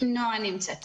נועה שוקרון,